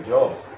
Jobs